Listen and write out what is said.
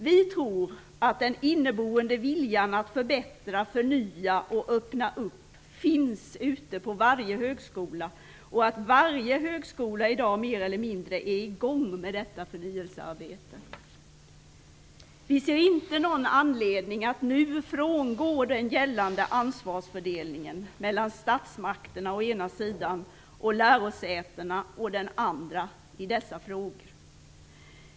Vi tror att den inneboende viljan att förbättra, förnya och öppna upp finns ute på varje högskola och att varje högskola i dag mer eller mindre är i gång med detta förnyelsearbete. Vi ser inte någon anledning att nu frångå den gällande ansvarsfördelningen mellan statsmakterna å ena sidan och lärosätena å den andra sidan.